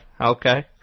okay